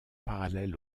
parallèles